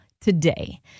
today